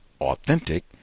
authentic